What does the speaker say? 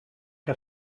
que